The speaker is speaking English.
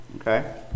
Okay